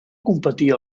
competir